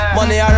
Money